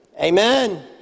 Amen